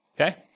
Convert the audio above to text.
okay